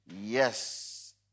Yes